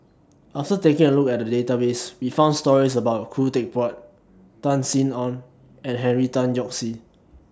after taking A Look At The Database We found stories about Khoo Teck Puat Tan Sin Aun and Henry Tan Yoke See